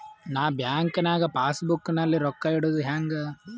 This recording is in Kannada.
ನಾ ಬ್ಯಾಂಕ್ ನಾಗ ಪಾಸ್ ಬುಕ್ ನಲ್ಲಿ ರೊಕ್ಕ ಇಡುದು ಹ್ಯಾಂಗ್?